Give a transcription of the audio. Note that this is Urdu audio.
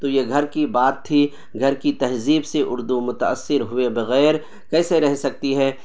تو یہ گھر کی بات تھی گھر کی تہذیب سے اردو متاثر ہوئے بغیر کیسے رہ سکتی ہے